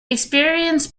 experienced